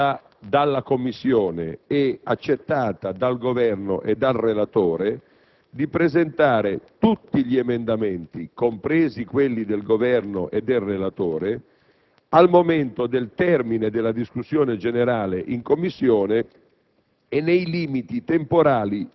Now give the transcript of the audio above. memoria - proposta dalla Commissione e accettata dal Governo e dal relatore di presentare tutti gli emendamenti, compresi quelli del Governo e del relatore, al momento del termine della discussione generale in Commissione